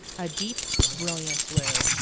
a deep, brilliant blue,